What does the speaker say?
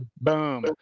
Boom